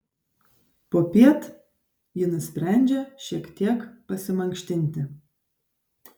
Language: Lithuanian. popiet ji nusprendžia šiek tiek pasimankštinti